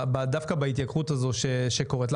דווקא בהתייקרות הזאת שקוראת,